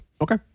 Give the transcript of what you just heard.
Okay